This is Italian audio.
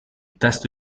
testo